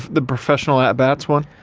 the professional at-bats one?